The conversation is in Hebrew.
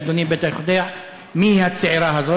ואדוני בטח יודע מי היא הצעירה הזאת.